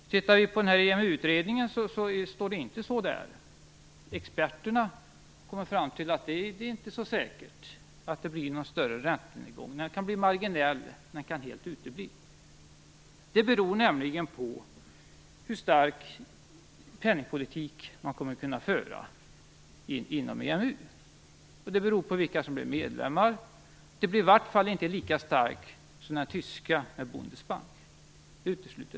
I EMU-utredningen står det inte så. Experterna kommer fram till att det inte är så säkert att det blir någon större räntenedgång. Det kan bli en marginell sådan, eller den kan helt utebli. Det beror nämligen på hur stark penningpolitik man kommer att kunna föra inom EMU, och det beror på vilka som blir medlemmar. Den blir i varje fall inte lika stark som den tyska, med Bundesbank. Det är uteslutet.